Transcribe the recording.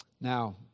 Now